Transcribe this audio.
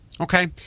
okay